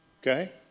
Okay